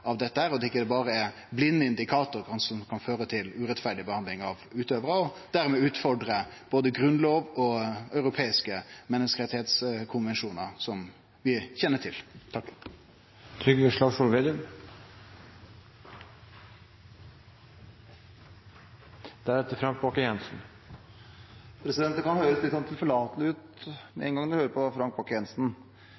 dette, og at ein ikkje berre blindt lagar indikatorar som kan føre til urettferdig behandling av utøvarar og dermed utfordre både grunnlov og europeiske menneskerettskonvensjonar som vi kjenner til. Det kan høres litt tilforlatelig ut med en gang man hører på Frank